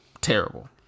terrible